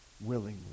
willingly